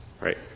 Right